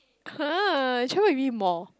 !huh! you travel with me more